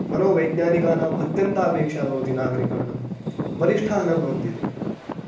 मनोवैज्ञानिकानाम् अत्यन्तापेक्षा भवति नागरीकाणां बलिष्ठाः न भवन्ति ते